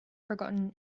forgotten